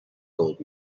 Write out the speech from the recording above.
gold